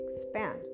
expand